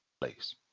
place